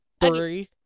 three